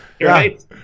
Right